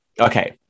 Okay